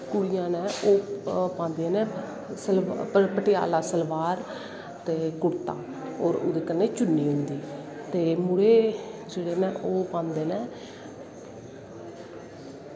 होंदे नै ओह् पांदे नै पटियाला सलवार ते कुर्ता ते ओह्दे कन्ने चुन्नी होंदी ऐ ते मुड़े जेह्ड़े होंदे नै ओह् पांदे नै